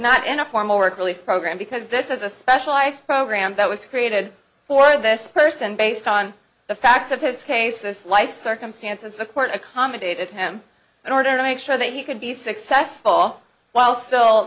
not in a formal work release program because this is a special i spoke ram that was created for this person based on the facts of his case this life circumstances the court accommodated him in order to make sure that he could be successful while still